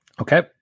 Okay